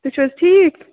تُہۍ چھُو حظ ٹھیٖک